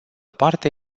parte